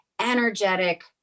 energetic